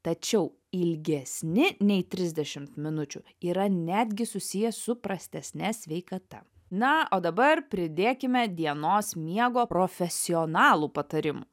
tačiau ilgesni nei trisdešimt minučių yra netgi susiję su prastesne sveikata na o dabar pridėkime dienos miego profesionalų patarimų